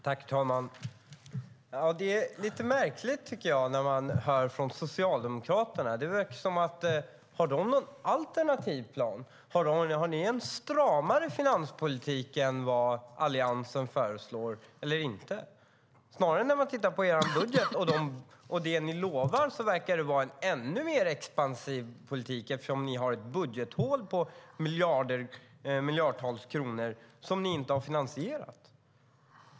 Herr talman! Det är lite märkligt, tycker jag, när man hör Socialdemokraterna. Har ni någon alternativ plan? Har ni en stramare finanspolitik än vad Alliansen föreslår eller inte? När man tittar på er budget och det ni lovar verkar det snarare vara en ännu mer expansiv politik, eftersom ni har ett budgethål på miljardtals kronor som ni inte har finansierat.